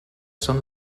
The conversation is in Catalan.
són